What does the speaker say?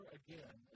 again